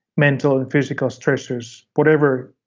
mental, and physical, stressors, whatever.